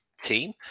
team